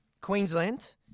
Queensland